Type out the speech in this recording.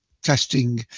testing